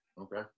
Okay